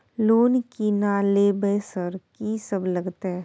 Loan की ना लेबय सर कि सब लगतै?